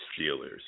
Steelers